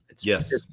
Yes